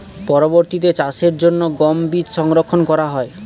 পরবর্তিতে চাষের জন্য গম বীজ সংরক্ষন করা হয়?